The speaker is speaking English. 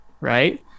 right